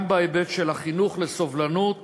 גם בהיבט של החינוך לסובלנות